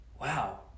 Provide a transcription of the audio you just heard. Wow